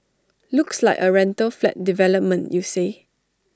looks like A rental flat development you say